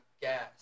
gas